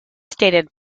stated